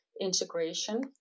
integration